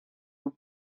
nhw